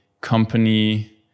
company